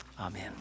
Amen